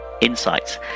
insights